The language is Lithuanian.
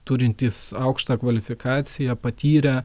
turintys aukštą kvalifikaciją patyrę